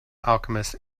alchemist